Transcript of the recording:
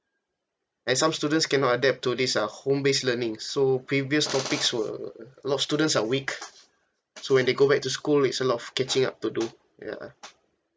and some students cannot adapt to this uh home based learning so previous topics were lots students are weak so when they go back to school is a lot of catching up to do ya